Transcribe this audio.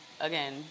again